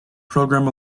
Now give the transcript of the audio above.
program